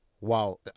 wow